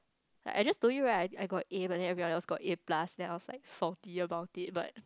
like I just doing like I got A but then everyone else got A plus then I was like forget about it but